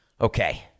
Okay